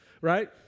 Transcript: Right